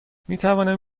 میتوانم